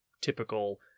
typical